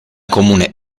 comune